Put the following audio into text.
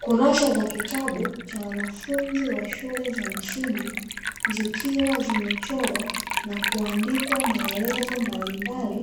Kurasa za kitabu cha wanafunzi wa shule za msingi zikiwa zimechorwa na kuandikwa maelezo mbalimbali,